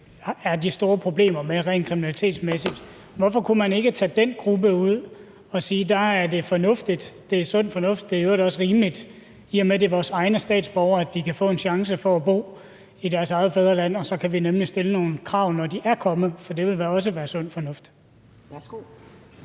er de store problemer med rent kriminalitetsmæssigt. Hvorfor kunne man ikke tage den gruppe ud og sige, at det er fornuftigt – det er sund fornuft, og det er i øvrigt også rimeligt, i og med at det er vores egne statsborgere – at de kan få en chance for at bo i deres eget fædreland? Og så kan vi stille nogle krav, når de er kommet hertil, for det vil også være sund fornuft. Kl.